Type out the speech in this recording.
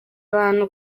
abantu